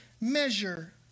measure